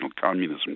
communism